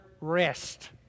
rest